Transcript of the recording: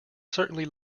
certainly